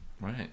Right